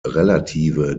relative